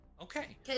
Okay